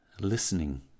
listening